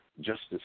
justice